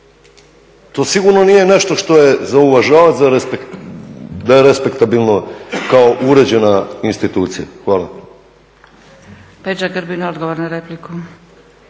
To sigurno nije nešto što je za uvažavat, da je respektabilno kao uređena institucija. Hvala.